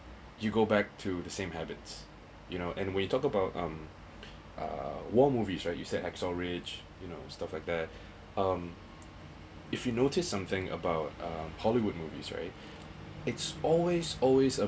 you go back to the same habits you know and we talked about um uh war movies right you said x or age you know stuff like that um if you notice something about uh hollywood movies right it's always always